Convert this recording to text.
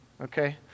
Okay